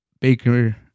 Baker